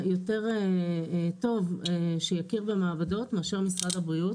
טוב שיכיר במעבדות מאשר משרד הבריאות.